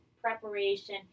preparation